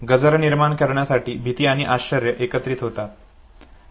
गजर निर्माण करण्यासाठी भीती आणि आश्चर्य एकत्र होतात